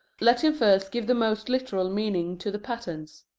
let him first give the most literal meaning to the patterns.